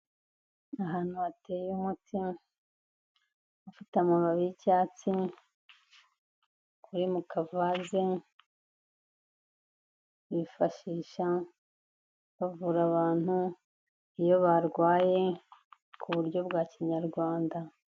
Ahantu hateye umuti ufite amababi y'icyatsi uri mukavaze, bifashisha bavura abantu iyo barwaye ku buryo bwa kinyarwanda.